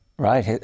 Right